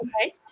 Okay